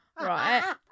right